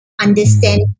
understand